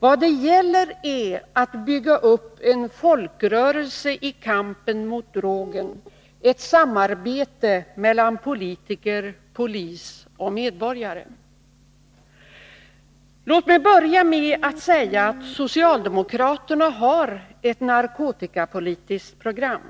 ——— Vad det gäller är att ——— bygga upp en folkrörelse i kampen mot drogen — ett samarbete mellan politiker, polis och medborgare.” Låt mig börja med att säga att socialdemokraterna har ett narkotikapolitiskt program.